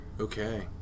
Okay